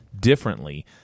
differently